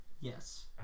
Yes